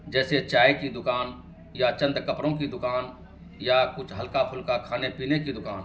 جیسے چائے کی دکان یا چند کپڑوں کی دکان یا کچھ ہلکا پھلکا کھانے پینے کی دکان